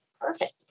Perfect